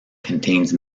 contains